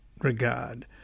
regard